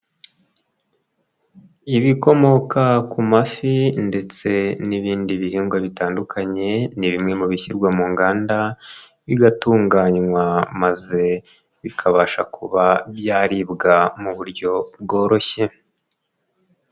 Ibikomoka ku mafi ndetse n'ibindi bihingwa bitandukanye, ni bimwe mu bishyirwa mu nganda, bigatunganywa maze bikabasha kuba byaribwa mu buryo bworoshye.